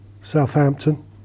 Southampton